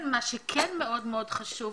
מה שכן מאוד מאוד חשוב,